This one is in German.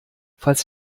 falls